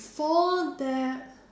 before that